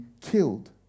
killed